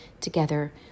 together